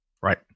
Right